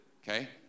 Okay